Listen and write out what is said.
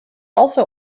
also